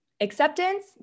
acceptance